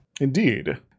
Indeed